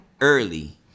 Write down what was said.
Early